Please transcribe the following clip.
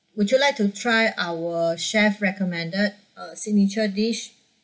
would you like to try our chef recommended uh signature dish